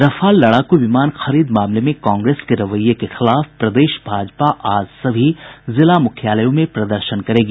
Rafale लड़ाकू विमान खरीद मामले में कांग्रेस के रवैये के खिलाफ प्रदेश भाजपा आज सभी जिला मुख्यालयों में प्रदर्शन करेगी